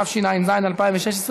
התשע"ז 2016,